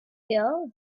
fill